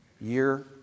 year